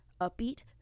upbeat